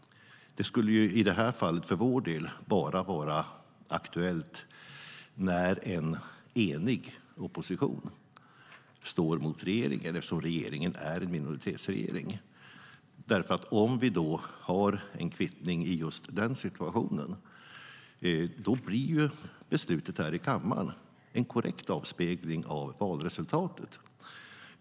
Det skulle för vår del bara vara aktuellt när en enig opposition står mot regeringen, eftersom regeringen är en minoritetsregering. Om vi då har en kvittning i just den situationen blir ju beslutet här i kammaren en korrekt avspegling av valresultatet.